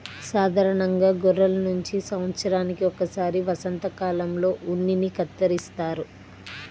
సాధారణంగా గొర్రెల నుంచి సంవత్సరానికి ఒకసారి వసంతకాలంలో ఉన్నిని కత్తిరిస్తారు